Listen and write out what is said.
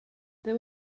there